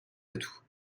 atouts